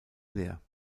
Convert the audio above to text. leer